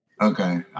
Okay